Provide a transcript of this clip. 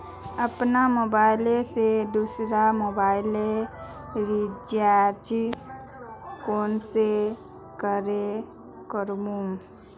अपना मोबाईल से दुसरा मोबाईल रिचार्ज कुंसम करे करूम?